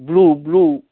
blue blue